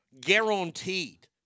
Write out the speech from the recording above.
Guaranteed